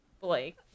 Blake